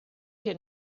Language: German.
hier